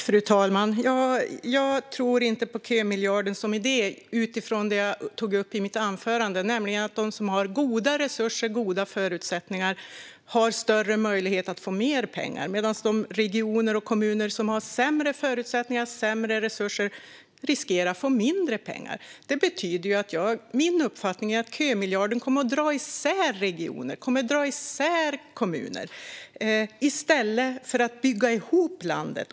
Fru talman! Jag tror inte på kömiljarden som idé utifrån det som jag tog upp i mitt anförande, nämligen att de som har stora resurser och goda förutsättningar har större möjlighet att få mer pengar medan de regioner och kommuner som har sämre förutsättningar och mindre resurser riskerar att få mindre pengar. Det är min uppfattning att kömiljarden kommer att dra isär regioner och kommuner i stället för att bygga ihop landet.